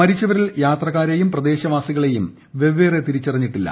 മരിച്ചവരിൽ യാത്രക്കാരെയും പ്രദേശവാസികളെയും വെവ്വേറെ തിരിച്ചറിഞ്ഞിട്ടില്ല